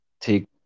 take